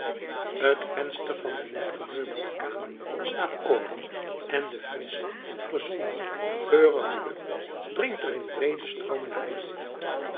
t venster van de net gemeubeleerde kamer staat open en de frissche gezonde geurige lucht dringt er in breede stroomen naar binnen